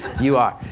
you are,